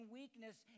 weakness